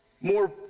more